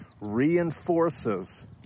reinforces